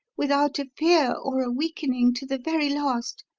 without a fear or a weakening to the very last.